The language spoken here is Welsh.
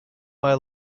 mae